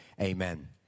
amen